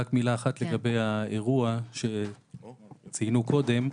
רק מילה אחת לגבי האירוע שציינו קודם,